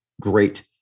great